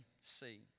see